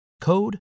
code